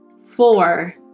Four